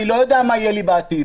אני לא יודע מה יהיה אתם בעתיד.